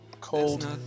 Cold